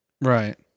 right